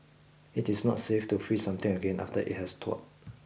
it is not safe to freeze something again after it has thawed